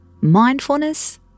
Mindfulness